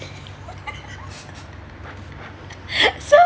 so